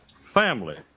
family